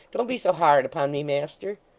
don't be so hard upon me, master